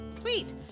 Sweet